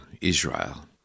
Israel